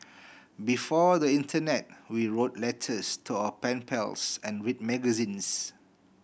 before the internet we wrote letters to our pen pals and read magazines